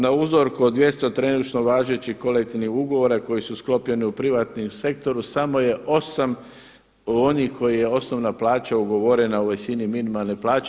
Na uzorku od 200 trenutačno važećih kolektivnih ugovora koji su sklopljeni u privatnom sektoru samo je 8 onih kojima je osnovna plaća ugovorena u visini minimalne plaće.